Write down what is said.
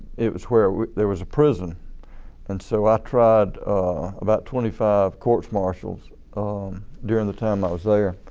it was where there was a prison and so i tried about twenty five courts martials during the time i was there.